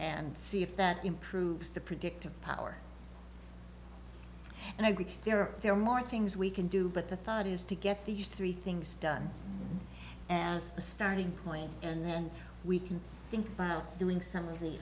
and see if that improves the predictive power and i agree there are more things we can do but the thought is to get these three things done and the starting point and then we can think about doing some of the